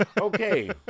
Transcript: Okay